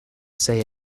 say